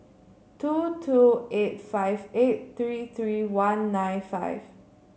two two eight five eight three three one nine five